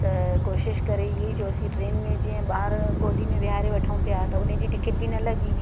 त कोशिश करे इ चहियोसीं ट्रेन में जीअं ॿार गोदी में विहारे वठूं पिया त उने जी टिकिट बि न लॻी